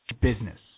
business